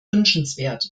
wünschenswert